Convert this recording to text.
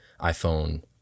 iPhone